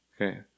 Okay